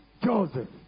Joseph